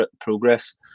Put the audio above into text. progress